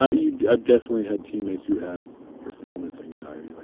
ah you know i've definitely had teammates who have performance anxiety.